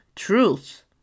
Truth